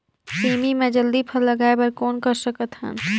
सेमी म जल्दी फल लगाय बर कौन कर सकत हन?